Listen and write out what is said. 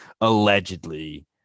allegedly